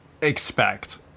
expect